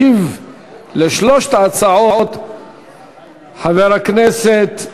ישיב על שלוש ההצעות חבר הכנסת,